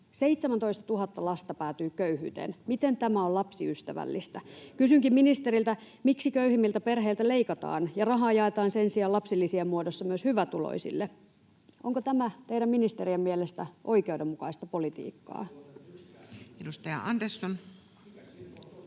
[Ben Zyskowicz: Miten tämä on laskettu?] Kysynkin ministeriltä: Miksi köyhimmiltä perheiltä leikataan ja rahaa jaetaan sen sijaan lapsilisien muodossa myös hyvätuloisille? Onko tämä teidän ministerien mielestä oikeudenmukaista politiikkaa? [Speech